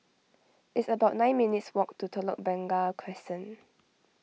it's about nine minutes walk to Telok Blangah Crescent